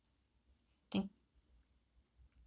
thank